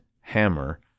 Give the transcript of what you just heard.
hammer